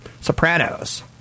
Sopranos